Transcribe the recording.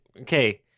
Okay